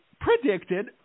predicted